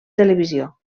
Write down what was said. televisió